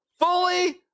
fully